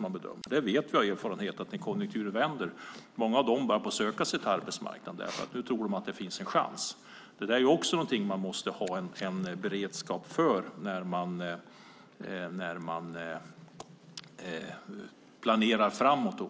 Man vet av erfarenhet att när konjunkturen vänder börjar många söka sig till arbetsmarknaden, för då tror man att det finns en chans. Det där är också någonting man måste ha en beredskap för när man planerar framöver.